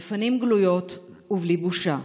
בפנים גלויות ובלי בושה.